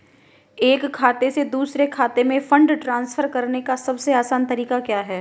एक खाते से दूसरे खाते में फंड ट्रांसफर करने का सबसे आसान तरीका क्या है?